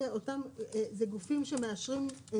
אלה אותם גופים שמאשרים,